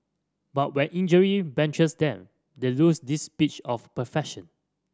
but when injury benches them they lose this pitch of perfection